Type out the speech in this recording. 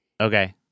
Okay